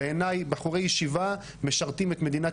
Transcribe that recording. בעיניי בחורי ישיבה משרתים את מדינת